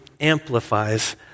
amplifies